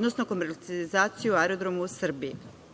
odnosno komercijalizaciju aerodroma u Srbiji. Ova